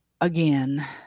again